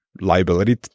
liability